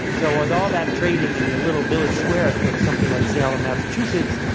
so with all that trading in the little village square that looks something like salem, massachusetts,